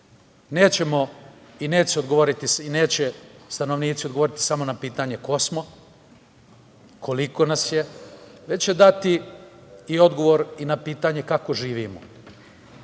nećemo i neće stanovnici odgovoriti samo na pitanje – ko smo, koliko nas je, već će dati i odgovor na pitanje kako živimo,